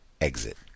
exit